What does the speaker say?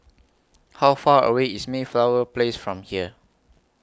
How Far away IS Mayflower Place from here